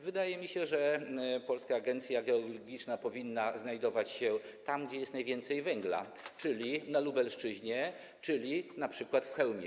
Wydaje mi się, że Polska Agencja Geologiczna powinna znajdować się tam, gdzie jest najwięcej węgla, czyli na Lubelszczyźnie, np. w Chełmie.